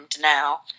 now